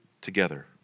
together